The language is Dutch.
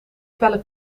felle